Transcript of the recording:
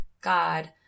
God